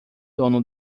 dono